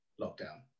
lockdown